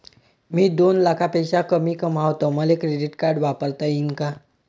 मी दोन लाखापेक्षा कमी कमावतो, मले क्रेडिट कार्ड वापरता येईन का?